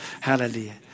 Hallelujah